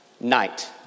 Night